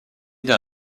dans